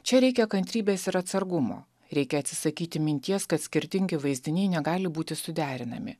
čia reikia kantrybės ir atsargumo reikia atsisakyti minties kad skirtingi vaizdiniai negali būti suderinami